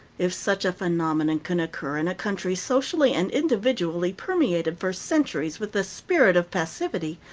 if such a phenomenon can occur in a country socially and individually permeated for centuries with the spirit of passivity,